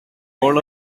all